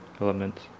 elements